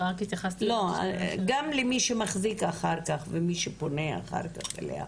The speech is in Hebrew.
גם מי שמחזיק ומי שפונה אליה אחר כך.